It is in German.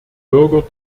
bürger